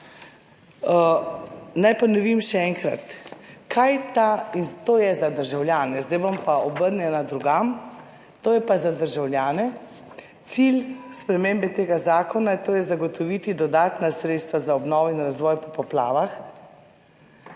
Naj ponovim še enkrat, kaj ta, in to je za državljane. Zdaj bom pa obrnjena drugam, to je pa za državljane. Cilj spremembe tega zakona je torej zagotoviti dodatna sredstva za obnovo in razvoj po poplavah